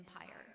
empire